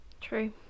true